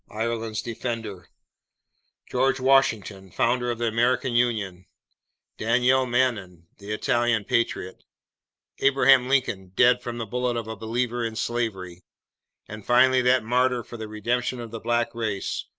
ireland's defender george washington, founder of the american union daniele manin, the italian patriot abraham lincoln, dead from the bullet of a believer in slavery and finally, that martyr for the redemption of the black race,